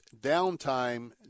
downtime